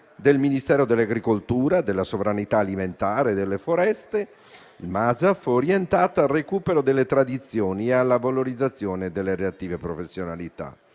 del Ministero dell'agricoltura, della sovranità alimentare e delle foreste (MASAF), orientata al recupero delle tradizioni e alla valorizzazione delle relative professionalità.